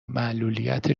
معلولیت